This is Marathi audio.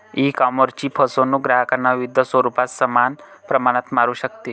ईकॉमर्सची फसवणूक ग्राहकांना विविध स्वरूपात समान प्रमाणात मारू शकते